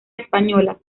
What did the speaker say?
española